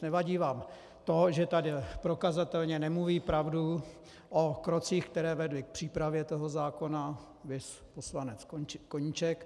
Nevadí vám to, že tady prokazatelně nemluví pravdu o krocích, které vedly k přípravě toho zákona, viz poslanec Koníček.